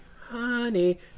honey